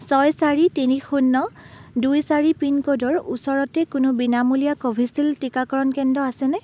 ছয় চাৰি তিনি শূন্য দুই চাৰি পিনক'ডৰ ওচৰতে কোনো বিনামূলীয়া কভিচিল্ড টিকাকৰণ কেন্দ্ৰ আছেনে